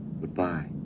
Goodbye